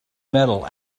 metal